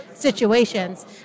Situations